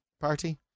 party